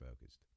focused